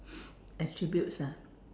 attributes ah